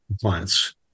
clients